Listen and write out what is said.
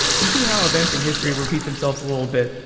you see how events in history repeat themselves a little bit.